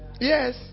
Yes